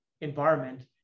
environment